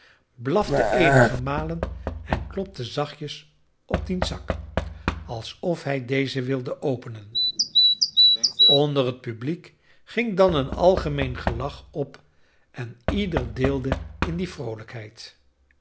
eenige malen en klopte zachtjes op diens zak alsof hij dezen wilde openen onder het publiek ging dan een algemeen gelach op en ieder deelde in die vroolijkheid